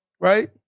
Right